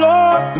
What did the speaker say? Lord